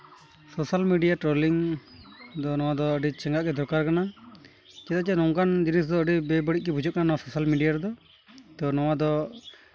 social media trolling ᱫᱚ ᱱᱚᱣᱟ ᱫᱚ ᱟᱹᱰᱤ ᱪᱮᱸᱜᱷᱟᱜ ᱜᱮ ᱫᱚᱨᱠᱟᱨ ᱠᱟᱱᱟ ᱪᱮᱫᱟᱜ ᱡᱮ ᱱᱚᱝᱠᱟᱱ ᱡᱤᱱᱤᱥ ᱫᱚ ᱟᱹᱰᱤ ᱵᱮᱼᱵᱟᱹᱲᱤᱡ ᱜᱮ ᱵᱩᱡᱩᱜ ᱠᱟᱱᱟ ᱱᱚᱣᱟ ᱥᱳᱥᱟᱞ ᱢᱤᱰᱤᱭᱟ ᱨᱮᱫᱚ ᱛᱳ ᱱᱚᱣᱟ ᱫᱚ